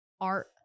art